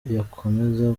yakomeza